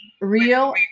real